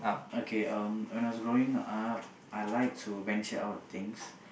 okay um when I was growing up I like to venture out of things